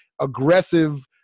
aggressive